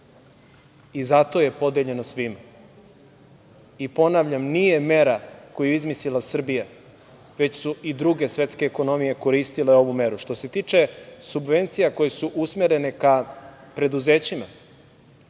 Zato je podeljeno svima. Ponavljam, nije mera koju je izmislila Srbija, već su i druge svetske ekonomije koristile ovu meru. Što se tiče subvencija koje su usmerene ka preduzećima,